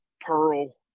Pearl